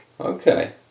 Okay